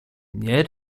nie